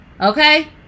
okay